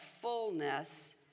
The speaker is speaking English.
fullness